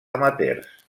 amateurs